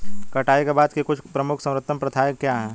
कटाई के बाद की कुछ प्रमुख सर्वोत्तम प्रथाएं क्या हैं?